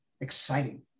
exciting